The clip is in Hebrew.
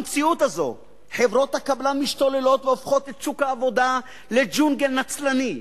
במציאות הזו חברות הקבלן משתוללות והופכות את שוק העבודה לג'ונגל נצלני,